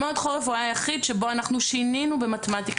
מועד חורף הוא היה היחיד שבו אנחנו שינינו במתמטיקה.